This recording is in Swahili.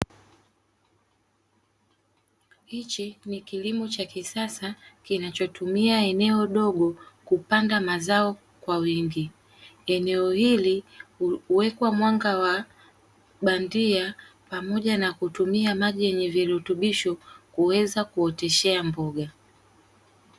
Hichi ni kilimo cha kisasa kinachotumia eneo dogo kupanga mazao kwa wingi eneo hili huwekwa mwanga wa bandia pamoja na kutumia maji yenye virutubisho kuweza kuoteshea mboga.